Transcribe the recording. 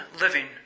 living